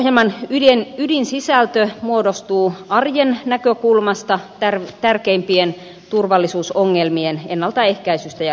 tuon ohjelman ydinsisältö muodostuu arjen näkökulmasta tärkeimpien turvallisuusongelmien ennaltaehkäisystä ja ratkaisemisesta